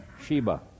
Sheba